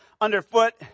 underfoot